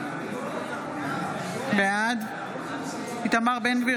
בעד איתמר בן גביר,